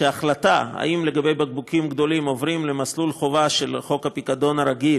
שההחלטה אם בקבוקים גדולים עוברים למסלול חובה של חוק הפיקדון הרגיל